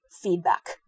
feedback